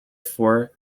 four